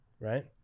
right